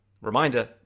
reminder